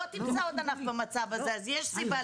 לא תמצא עוד ענף במצב הזה אז יש סיבה